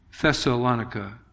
Thessalonica